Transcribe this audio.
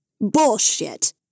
Bullshit